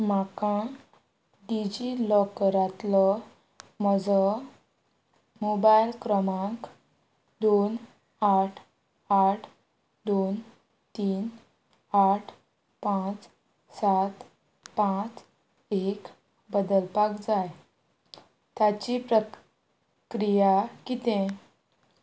म्हाका डिजिलॉकरांतलो म्हजो मोबायल क्रमांक दोन आठ आठ दोन तीन आठ पांच सात पांच एक बदलपाक जाय ताची प्रक्रिया कितें